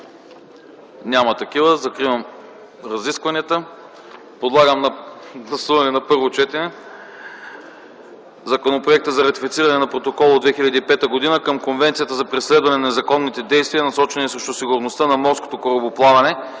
Няма такива. Закривам разискванията. Подлагам на гласуване на първо четене Законопроекта за ратифициране на Протокола от 2005 г. към Конвенцията за преследване на незаконните действия, насочени срещу сигурността на морското корабоплаване,